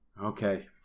Okay